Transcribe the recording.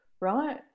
right